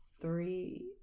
three